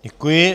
Děkuji.